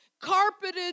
carpeted